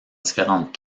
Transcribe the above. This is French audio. différentes